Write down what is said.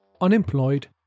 unemployed